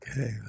Okay